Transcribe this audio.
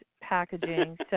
packaging